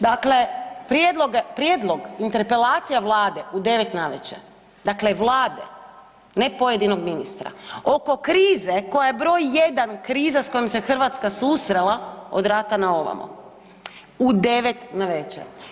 Dakle, prijedlog interpelacija Vlade u 9 navečer, dakle Vlade, ne pojedinog ministra oko krize koja je broj jedan kriza sa kojom se Hrvatska susrela od rata na ovamo, u 9 navečer.